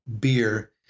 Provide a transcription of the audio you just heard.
beer